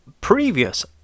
previous